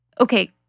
okay